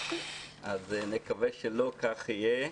אז נקווה שלא כך יהיה.